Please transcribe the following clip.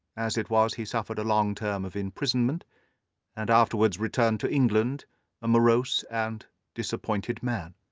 as it was, he suffered a long term of imprisonment and afterwards returned to england a morose and disappointed man.